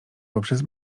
poprzez